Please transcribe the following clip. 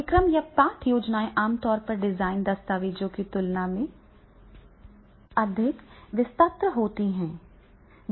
पाठ्यक्रम या पाठ योजनाएं आमतौर पर डिजाइन दस्तावेजों की तुलना में अधिक विस्तृत होती हैं